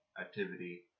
activity